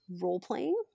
role-playing